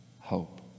hope